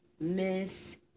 miss